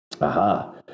Aha